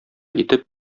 итеп